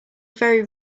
very